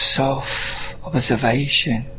self-observation